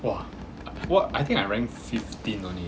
!wah! what I think I rank fifteen only